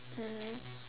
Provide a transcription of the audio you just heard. mmhmm